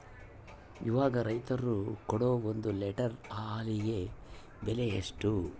ಇವಾಗ ರೈತರು ಕೊಡೊ ಒಂದು ಲೇಟರ್ ಹಾಲಿಗೆ ಬೆಲೆ ಎಷ್ಟು?